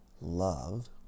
love